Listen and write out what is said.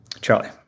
Charlie